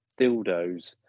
dildos